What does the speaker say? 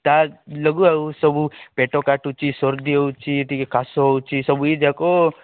ତା ଯୋଗୁ ଆଉ ସବୁ ପେଟ କାଟୁଛି ସର୍ଦି ହେଉଛି ଟିକେ କାଶ ହେଉଛି ସବୁ ଯାକ